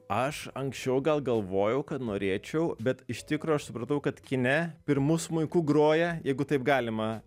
aš anksčiau gal galvojau kad norėčiau bet iš tikro aš supratau kad kine pirmu smuiku groja jeigu taip galima